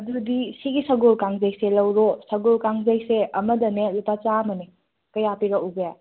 ꯑꯗꯨꯗꯤ ꯁꯤꯒꯤ ꯁꯒꯣꯜ ꯀꯥꯡꯖꯩꯁꯦ ꯂꯧꯔꯣ ꯁꯒꯣꯜ ꯀꯥꯡꯖꯩꯁꯦ ꯑꯃꯗꯅꯦ ꯂꯨꯄꯥ ꯆꯥꯃꯅꯦ ꯀꯌꯥ ꯄꯤꯔꯛꯎꯒꯦ